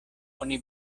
oni